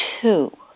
two